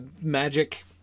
Magic